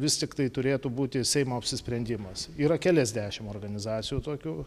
vis tiktai turėtų būti seimo apsisprendimas yra keliasdešim organizacijų tokių